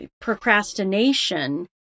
procrastination